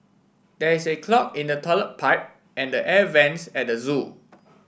there is a clog in the toilet pipe and the air vents at zoo